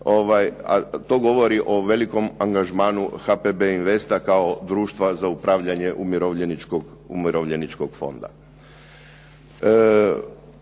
to govori o velikom angažmanu HPB investa kao društva za upravljanje umirovljeničkog fonda.